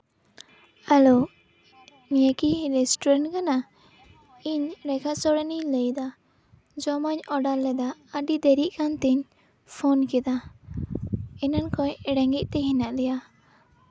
hello ᱱᱤᱭᱟᱹ ᱠᱤ restaurant ᱠᱟᱱᱟ ᱤᱧ ᱨᱮᱠᱷᱟ ᱥᱚᱨᱮᱱ ᱤᱧ ᱞᱟᱹᱭᱫᱟ ᱡᱚᱢᱟᱜ ᱤᱧ ᱚᱰᱟᱨ ᱞᱮᱫᱟ ᱟᱹᱰᱤ ᱫᱮᱨᱤᱜ ᱠᱟᱱ ᱛᱤᱧ ᱯᱷᱳᱱ ᱠᱮᱫᱟ ᱮᱱᱟᱱ ᱠᱷᱚᱱ ᱨᱮᱸᱜᱮᱡ ᱛᱮ ᱦᱮᱱᱟᱜ ᱞᱮᱭᱟ